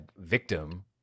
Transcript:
victim